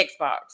Xbox